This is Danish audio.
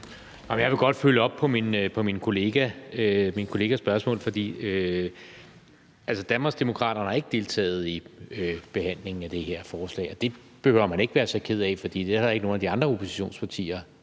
Jeg vil godt følge op på min kollegas spørgsmål, for Danmarksdemokraterne har ikke deltaget i behandlingen af det her forslag. Og det behøver man ikke være så ked af, for det er der ikke nogen af de andre oppositionspartier